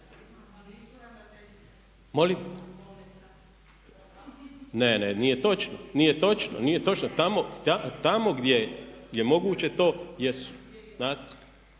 nije točno, nije točno. Tamo gdje je moguće to, jesu,